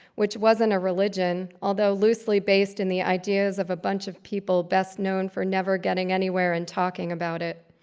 which wasn't a religion, although loosely based in the ideas of a bunch of people best known for never getting anywhere and talking about it.